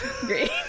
Great